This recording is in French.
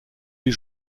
les